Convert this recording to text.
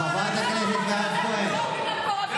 חברת הכנסת מירב כהן,